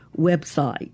website